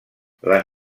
les